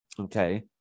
Okay